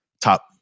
top